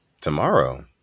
tomorrow